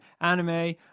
anime